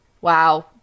wow